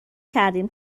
کردیم